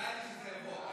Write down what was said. ידעתי שזה יבוא.